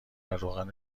روغن